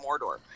Mordor